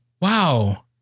Wow